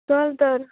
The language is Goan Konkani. चल तर